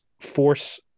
force